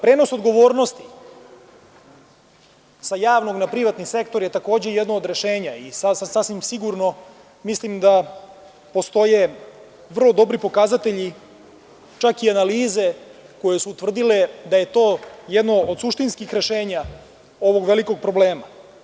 Prenos odgovornosti sa javnog na privatni sektor je takođe jedno od rešenja i sasvim sigurno mislim da postoje vrlo dobri pokazatelji, čak i analize koje su utvrdile da je to jedno od suštinskih rešenja ovog velikog problema.